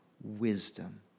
wisdom